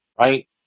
right